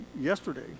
yesterday